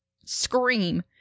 scream